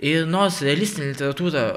ir nors realistinė literatūra